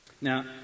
Now